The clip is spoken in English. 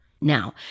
Now